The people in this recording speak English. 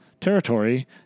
territory